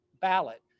ballot